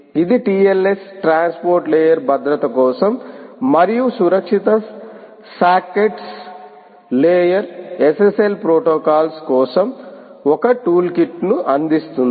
ఇది TLS transport layer భద్రత కోసం మరియు సురక్షిత సాకెట్స్ లేయర్ SSL ప్రోటోకాల్స్ కోసం ఒక టూల్ కిట్ను అందిస్తుంది